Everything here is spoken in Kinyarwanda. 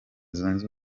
zunze